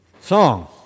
song